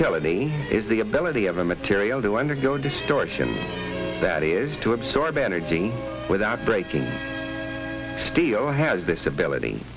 teleni is the ability of a material to undergo distortion that is to absorb energy without breaking steel has this ability